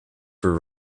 for